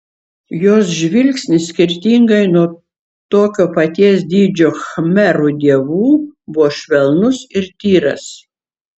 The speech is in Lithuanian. jos žvilgsnis skirtingai nuo tokio paties dydžio khmerų dievų buvo švelnus ir tyras